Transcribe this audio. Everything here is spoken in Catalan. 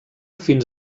fins